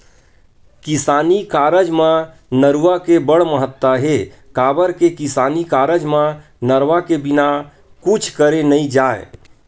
किसानी कारज म नरूवा के बड़ महत्ता हे, काबर के किसानी कारज म नरवा के बिना कुछ करे नइ जाय